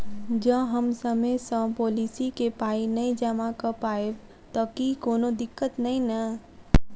जँ हम समय सअ पोलिसी केँ पाई नै जमा कऽ पायब तऽ की कोनो दिक्कत नै नै?